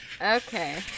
Okay